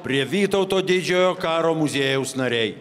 prie vytauto didžiojo karo muziejaus nariai